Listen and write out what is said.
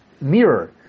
mirror